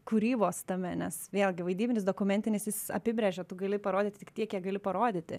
kūrybos tame nes vėlgi vaidybinis dokumentinis jis apibrėžia tu gali parodyti tik tiek kiek gali parodyti